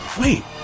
Wait